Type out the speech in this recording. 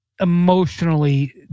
emotionally